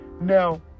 Now